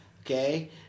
Okay